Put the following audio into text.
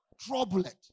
Troubled